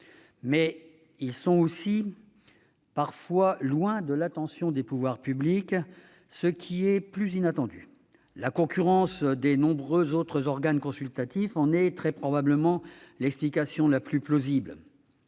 également loin, parfois, de l'attention des pouvoirs publics, ce qui est plus inattendu. La concurrence des nombreux autres organes consultatifs en est très probablement l'explication la plus plausible.